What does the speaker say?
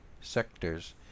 sectors